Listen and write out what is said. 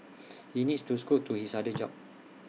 he needs to scoot to his other job